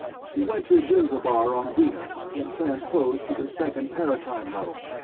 she went to gindrabar, on venus, and transposed to the second paratime level,